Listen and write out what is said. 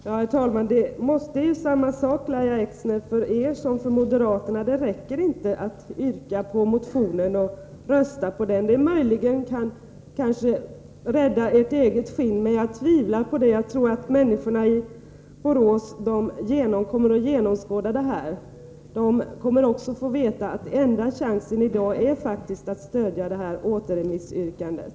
Herr talman! Det är samma sak, Lahja Exner, för er som för moderaterna. Det räcker inte att yrka bifall till motionen och rösta på den. Det kan möjligen rädda ert eget skinn, men jag tvivlar på det. Jag tror att människorna i Borås kommer att genomskåda detta. De kommer också att få veta att enda chansen i dag faktiskt är att stödja återremissyrkandet.